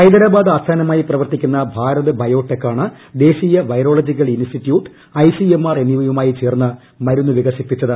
ഹൈദരാബാദ് ആസ്ഥാനമായി പ്രവർത്തിക്കുന്ന ഭാരത് ബയോടെക്കാണ് ദേശീയ virological institute I C M R എന്നിവയുമായി ചേർന്ന് മരുന്ന് വികസിപ്പിച്ചത്